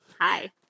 Hi